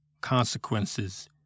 consequences